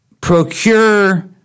procure